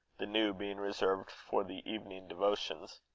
the new being reserved for the evening devotions.